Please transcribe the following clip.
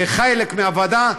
כחלק מהוועדה,